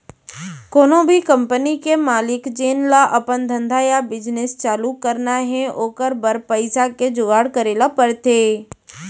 कोनो भी कंपनी के मालिक जेन ल अपन धंधा या बिजनेस चालू करना हे ओकर बर पइसा के जुगाड़ करे ल परथे